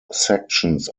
sections